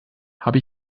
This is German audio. habe